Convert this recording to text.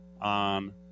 on